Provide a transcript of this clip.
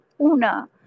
Una